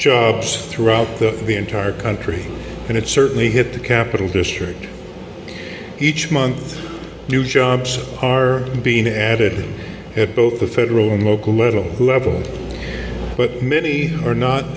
jobs throughout the entire country and it certainly hit the capital district each month new jobs are being added at both the federal and local level who have all but many are not